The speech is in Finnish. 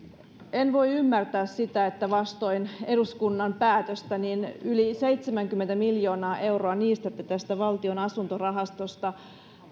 en voi ymmärtää sitä että vastoin eduskunnan päätöstä yli seitsemänkymmentä miljoonaa euroa niistätte tästä valtion asuntorahastosta